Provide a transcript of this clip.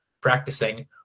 practicing